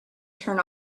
turn